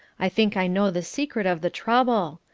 i think i know the secret of the trouble.